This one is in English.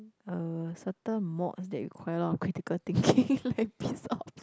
uh certain mods that require a lot of critical thinking like piss off